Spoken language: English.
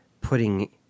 putting